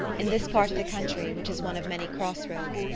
in this part of the country, which is one of many cross-roads,